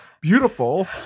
beautiful